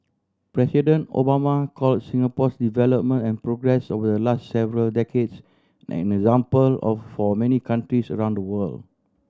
President Obama call Singapore's development and progress will last several decades an example of for many countries around the world